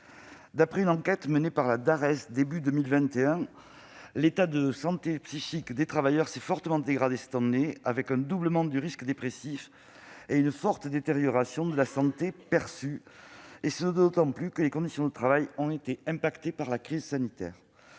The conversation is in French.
Dares, au début de l'année 2021, l'état de santé psychique des travailleurs s'est fortement dégradé, avec un doublement du risque de dépression et une forte détérioration de la santé perçue, et cela d'autant plus que leurs conditions de travail ont été affectées par la crise sanitaire.